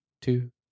two